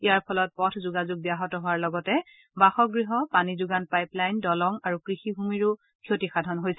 ইয়াৰ ফলত পথ যোগাযোগ ব্যাহত হোৱাৰ লগতে বাসগৃহ পানী যোগান পাইপ লাইন দলং আৰু কৃষিভূমিৰো ক্ষতিসাধন হৈছে